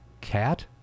cat